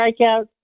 strikeouts